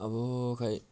अब खोइ